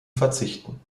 verzichten